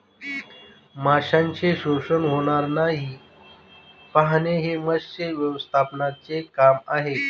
माशांचे शोषण होणार नाही हे पाहणे हे मत्स्य व्यवस्थापनाचे काम आहे